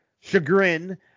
chagrin